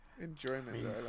enjoyment